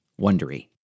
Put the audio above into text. wondery